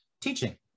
teaching